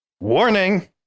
Warning